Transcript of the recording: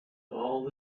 all